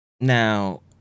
Now